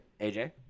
AJ